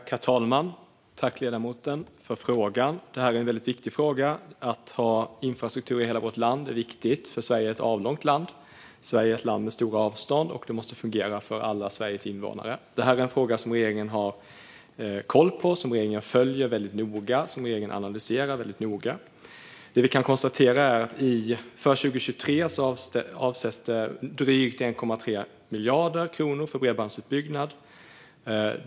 Herr talman! Jag tackar ledamoten för frågan. Detta är en väldigt viktig fråga. Att ha infrastruktur i hela vårt land är viktigt, för Sverige är ett avlångt land. Sverige är ett land med stora avstånd, och det måste fungera för alla Sveriges invånare. Det här är en fråga som regeringen har koll på och följer och analyserar väldigt noga. Det vi kan konstatera är att det för 2023 avsätts drygt 1,3 miljarder kronor för bredbandsutbyggnad.